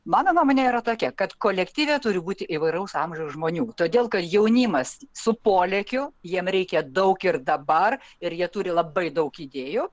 mano nuomonė yra tokia kad kolektyve turi būti įvairaus amžiaus žmonių todėl kad jaunimas su polėkiu jiem reikia daug ir dabar ir jie turi labai daug idėjų